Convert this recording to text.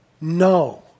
no